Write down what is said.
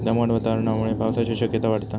दमट वातावरणामुळे पावसाची शक्यता वाढता